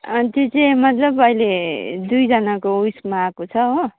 त्यो चाहिँ मतलब अहिले दुईजनाको उयसमा आएको छ हो